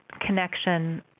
connection